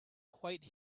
quite